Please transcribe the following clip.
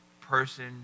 person